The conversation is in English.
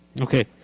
Okay